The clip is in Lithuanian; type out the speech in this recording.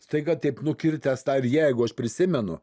staiga taip nukirtęs tą ir jeigu aš prisimenu